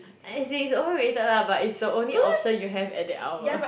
as in is overrated lah but is the only option you have at that hour